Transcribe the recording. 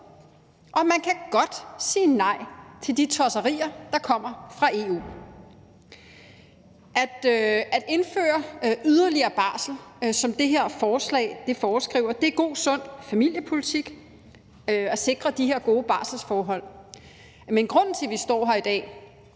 Og man kan godt sige nej til de tosserier, der kommer fra EU. At indføre yderligere barsel, som det her forslag foreskriver, er god, sund familiepolitik, altså at sikre de her gode barselsforhold. Men grunden til, at vi står her i dag,